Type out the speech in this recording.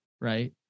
Right